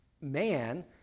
man